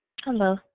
Hello